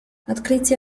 открытие